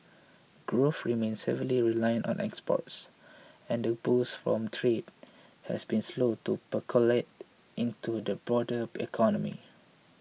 growth remains heavily reliant on exports and the boost from trade has been slow to percolate into the broader economy